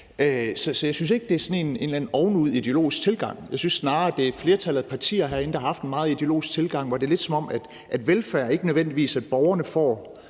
Så jeg synes ikke, det er sådan en eller anden ovenud ideologisk tilgang. Jeg synes snarere, det er flertallet af partier herinde, der har haft en meget ideologisk tilgang, hvor det er lidt, som om velfærd ikke nødvendigvis er, at borgerne får